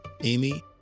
Amy